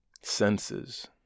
senses